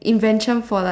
invention for like